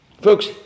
Folks